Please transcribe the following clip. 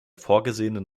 vorgesehenen